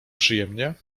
przyjemnie